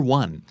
one